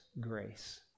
grace